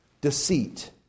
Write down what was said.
Deceit